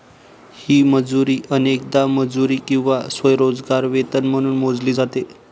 ही मजुरी अनेकदा मजुरी किंवा स्वयंरोजगार वेतन म्हणून मोजली जाते